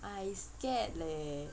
I scared leh